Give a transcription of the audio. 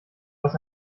was